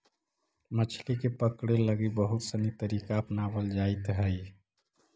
मछली के पकड़े लगी बहुत सनी तरीका अपनावल जाइत हइ